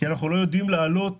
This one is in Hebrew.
אנחנו לא יודעים להעלות